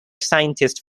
scientist